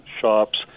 shops